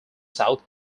south